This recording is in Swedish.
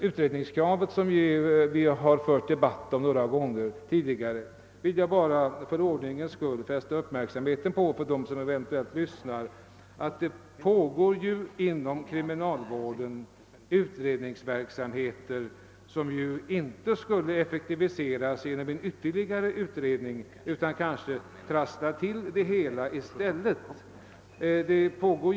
Utredningskravet har vi debatterat flera gånger tidigare. Jag vill för ordningens skull fästa uppmärksamheten på att det inom kriminalvården pågår utredningar, vilkas arbete inte skulle effektiviseras genom att ytterligare en utredning tillsattes. I stället skulle det kanske trassla till hela arbetet.